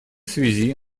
связи